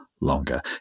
longer